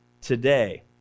today